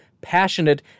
passionate